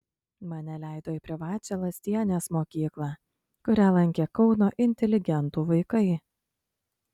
mane leido į privačią lastienės mokyklą kurią lankė kauno inteligentų vaikai